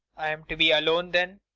i'm to be alone, then.